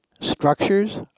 structures